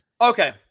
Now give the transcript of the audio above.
Okay